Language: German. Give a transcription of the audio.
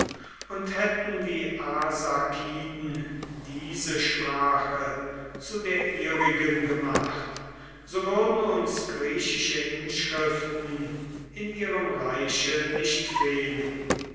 und hätten die arsakiden diese sprache zu der ihrigen gemacht so würden uns griechische inschriften in ihrem reiche nicht fehlen